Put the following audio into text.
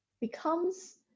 becomes